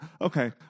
okay